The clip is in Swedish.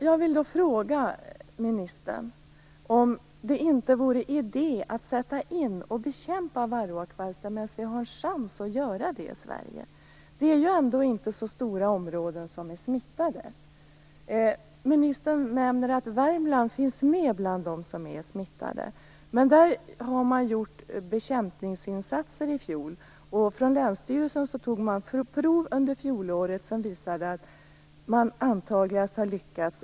Jag vill fråga ministern om det inte vore idé att sätta in resurser och bekämpa varroakvalstren medan vi har en chans att göra det i Sverige. Det är ju ändå inte så stora områden som är smittade. Ministern nämner att Värmland finns med bland de smittade områdena, men där har man i fjol gjort bekämpningsinsatser. Länsstyrelsen tog under fjolåret prov som visade att man antagligen har lyckats.